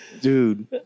Dude